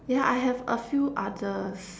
yeah I have a few others